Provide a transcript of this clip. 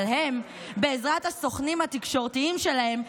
אבל הם, בעזרת הסוכנים התקשורתיים שלהם,